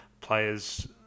players